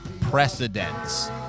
precedence